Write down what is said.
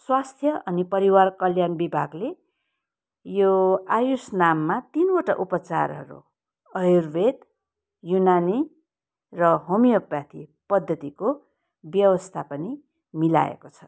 स्वास्थ्य अनि परिवार कल्याण विभागले यो आयुष नाममा तिनवटा उपचारहरू आयुर्वेद युनानी र होमियोप्याथी पद्धतिको व्यवस्था पनि मिलाएको छ